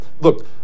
look